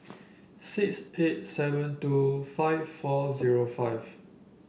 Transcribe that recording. six eight seven two five four zero five